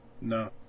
No